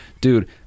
dude